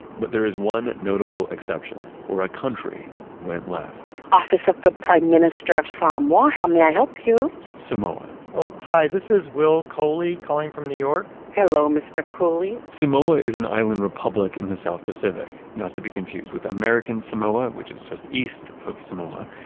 but there is one notable exception where a country went left. office of the prime minister of so um samoa, how may i help you? samoa. oh, hi this is will coley calling from new york. hello mr. coley. samoa is an island republic in the south pacific. not to be confused with american samoa which is just east of samoa.